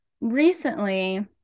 recently